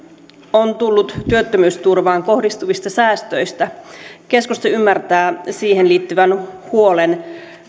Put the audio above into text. on tullut työttömyysturvaan kohdistuvista säästöistä keskusta ymmärtää siihen liittyvän huolen